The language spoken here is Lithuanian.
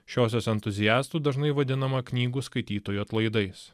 šiosios entuziastų dažnai vadinama knygų skaitytojų atlaidais